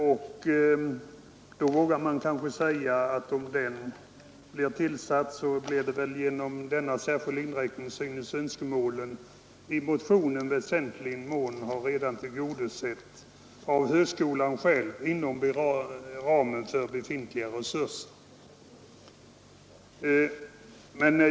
Om den tjänsten blir tillsatt, vågar man väl säga att önskemålen i motionen i väsentlig mån redan synes ha tillgodosetts av högskolan själv inom ramen för befintliga resurser.